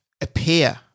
appear